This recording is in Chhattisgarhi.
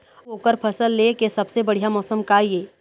अऊ ओकर फसल लेय के सबसे बढ़िया मौसम का ये?